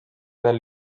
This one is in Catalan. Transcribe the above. del